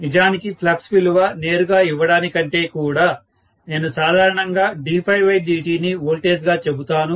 నిజానికి ఫ్లక్స్ విలువ నేరుగా ఇవ్వడానికంటే కూడా నేను సాధారణంగా ddt ని వోల్టేజ్ గా చెబుతాను